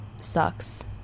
sucks